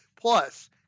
Plus